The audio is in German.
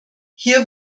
hier